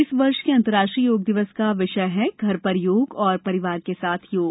इस वर्ष के अंतर्राष्ट्रीय योग दिवस का विषय है घर पर योग और परिवार के साथ योग